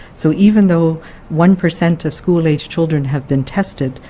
so even though one per cent of school-age children have been tested,